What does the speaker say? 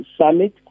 Summit